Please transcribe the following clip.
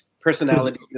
Personality